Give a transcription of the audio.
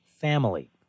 family